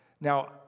Now